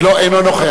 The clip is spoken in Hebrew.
אינו נוכח